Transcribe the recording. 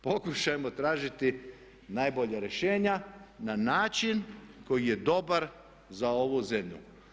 Pokušajmo tražiti najbolja rješenja na način koji je dobar za ovu zemlju.